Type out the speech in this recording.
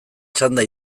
txanda